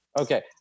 okay